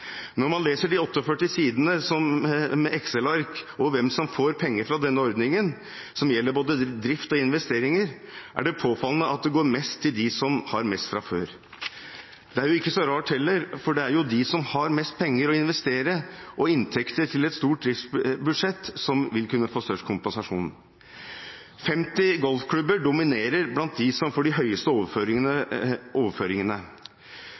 Når man leser de 48 sidene med Excel-ark over hvem som får penger fra denne ordningen – som gjelder både drift og investeringer – er det påfallende at det går mest til dem som har mest fra før. Det er heller ikke så rart, for det er jo de som har mest penger å investere og inntekter til et stort driftsbudsjett, som vil kunne få størst kompensasjon. 50 golfklubber dominerer blant dem som får de største overføringene